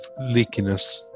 leakiness